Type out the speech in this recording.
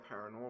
paranormal